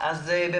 תמר עוזרי,